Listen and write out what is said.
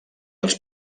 els